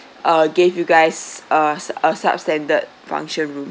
uh gave you guys uh a substandard function room